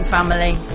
Family